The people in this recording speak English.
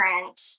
different